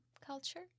culture